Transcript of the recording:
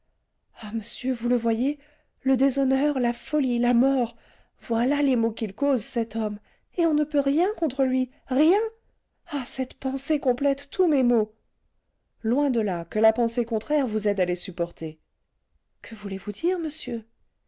ah monsieur vous le voyez le déshonneur la folie la mort voilà les maux qu'il cause cet homme et on ne peut rien contre lui rien ah cette pensée complète tous mes maux loin de là que la pensée contraire vous aide à les supporter que voulez-vous dire monsieur